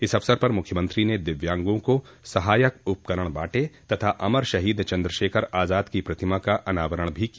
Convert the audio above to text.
इस अवसर पर मुख्यमंत्री ने दिव्यांगों को सहायक उपकरण बांटे तथा अमर शहीद चन्द्रशेखर आजाद की प्रतिमा का अनावरण भी किया